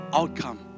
outcome